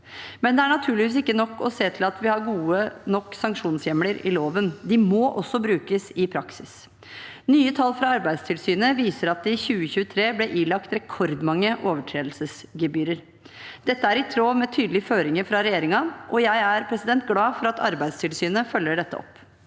men det er naturligvis ikke nok å se til at vi har gode nok sanksjonshjemler i loven. De må også brukes i praksis. Nye tall fra Arbeidstilsynet viser at det i 2023 ble ilagt rekordmange overtredelsesgebyrer. Dette er i tråd med tydelige føringer fra regjeringen, og jeg er glad for at Arbeidstilsynet følger dette opp.